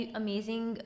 amazing